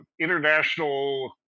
international